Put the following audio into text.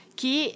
que